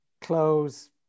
clothes